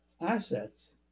assets